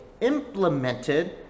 implemented